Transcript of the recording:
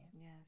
Yes